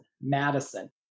Madison